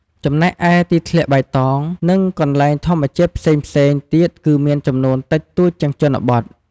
ចំណែកឯ ទីធ្លាបៃតង និងកន្លែងធម្មជាតិផ្សេងៗទៀតគឺមានចំនួនតិចតួចជាងជនបទ។